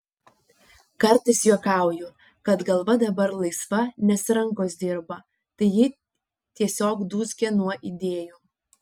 kartais juokauju kad galva dabar laisva nes rankos dirba tai ji tiesiog dūzgia nuo idėjų